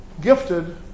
gifted